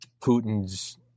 Putin's